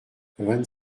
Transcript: vingt